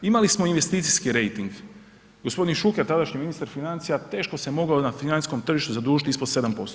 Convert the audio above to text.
Imali smo investicijski rejting. g. Šuker, tadašnji ministar financija, teško se mogao na financijskom tržištu zadužiti ispod 7%